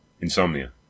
Insomnia